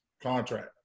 contract